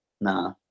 Nah